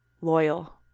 loyal